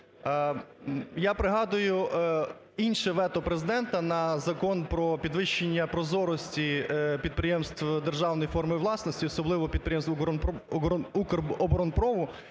Я пригадую інше вето Президента на Закон про підвищення прозорості підприємств державної форми власності, особливо підприємств "Укроборонпрому",